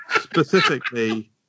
specifically